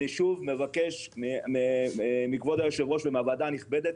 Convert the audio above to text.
אני שוב מבקש מכבוד היושב ראש ומהועדה הנכבדה,